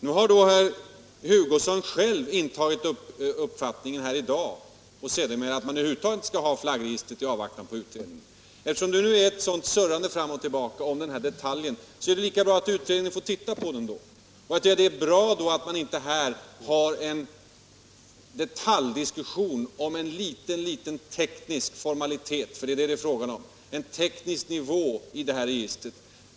Nu har herr Hugosson själv sedermera intagit den ståndpunkten att man i avvaktan på utredninger över huvud taget inte skall ha flaggregistret. Eftersom det nu är ett sådant surrande fram och tillbaka om den här detaljen, är det lika bra att utredningen får se på saken. Och då är det bra att man här inte för en detaljdiskussion om en liten teknisk formalitet, om en teknisk nivå i registret, för det är detta det är fråga om.